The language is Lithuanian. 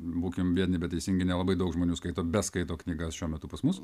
būkim biedni bet teisingi nelabai daug žmonių skaito beskaito knygas šiuo metu pas mus